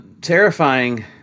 terrifying